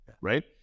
right